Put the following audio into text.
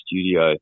studio